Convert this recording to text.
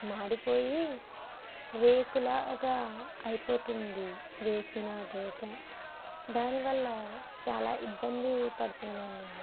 మాడిపోయి రేకులాగా అయిపోతుంది వేసిన దోశ దానివల్ల చాలా ఇబ్బంది పడుతున్నాను నేను